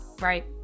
right